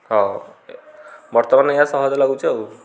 ବର୍ତ୍ତମାନ ଏହା ସହଜ ଲାଗୁଛି ଆଉ